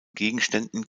gegenständen